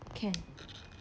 can